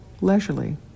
leisurely